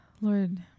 Lord